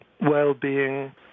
well-being